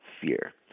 fear